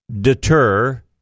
deter